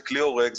זה כלי הורג,